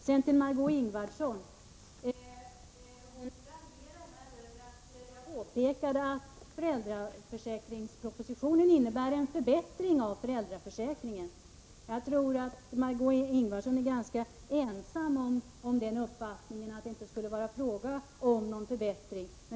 Margö Ingvardsson raljerade över att jag påpekade att föräldraförsäkringspropositionen innebär en förbättring av föräldraförsäkringen. Jag tror att Margé Ingvardsson är ganska ensam om den uppfattningen att det inte skulle vara fråga om någon förbättring.